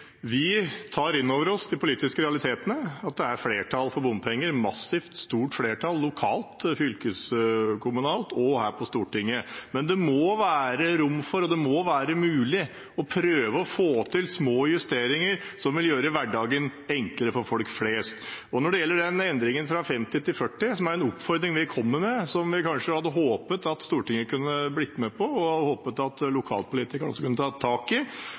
Vi tar inn over oss de politiske realitetene, at det er flertall for bompenger – et massivt flertall lokalt, fylkeskommunalt og her på Stortinget. Men det må være rom for – og det må være mulig å prøve å få til – små justeringer som vil gjøre hverdagen enklere for folk flest. Når det gjelder endringen fra 50 til 40 passeringer, som er en oppfordring vi kommer med, og som vi kanskje hadde håpet at Stortinget kunne blitt med på, og lokalpolitikerne kunne tatt tak i,